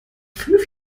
fünf